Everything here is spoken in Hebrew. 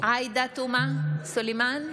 עאידה תומא סלימאן,